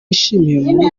yishimiwe